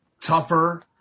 tougher